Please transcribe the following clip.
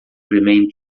remain